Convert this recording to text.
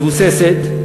מבוססת,